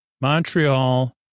Montreal